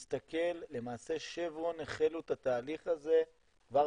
אם אתה מסתכל למעשה שברון החלו את התהליך הזה כבר